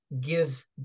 gives